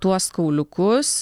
tuos kauliukus